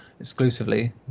exclusively